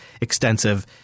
extensive